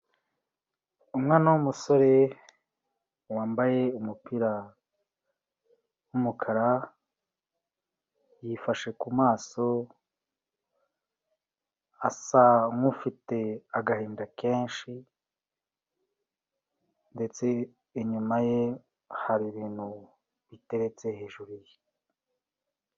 Umwana w'umusore wambaye umupira w'umukara, yifashe ku maso, asa nk'ufite agahinda kenshi, ndetse inyuma ye hari ibintu biteretse hejuru ye.